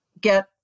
get